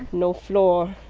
no floor.